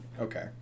Okay